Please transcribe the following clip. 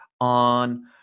on